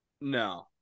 No